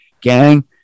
gang